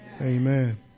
Amen